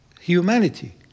Humanity